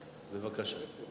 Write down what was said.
בבקשה.